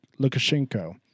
Lukashenko